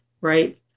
right